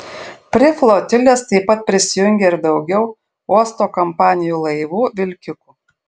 prie flotilės taip pat prisijungė ir daugiau uosto kompanijų laivų vilkikų